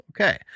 Okay